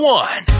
one